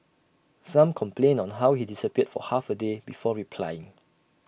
some complained on how he disappeared for half A day before replying